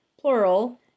plural